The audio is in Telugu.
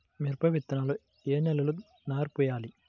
మిరప విత్తనాలు ఏ నెలలో నారు పోయాలి?